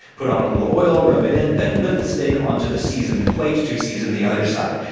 put on a little oil, rub it in, then lift the steak onto the seasoned plate to season the other side.